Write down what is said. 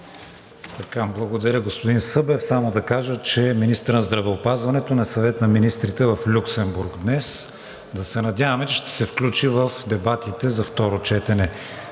Благодаря, господин Събев. Само да кажа, че министърът на здравеопазването днес е на Съвет на министрите в Люксембург. Да се надяваме, че ще се включи в дебатите за второ четене.